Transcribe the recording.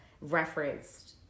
referenced